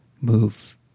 move